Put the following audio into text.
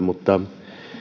mutta